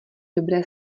dobré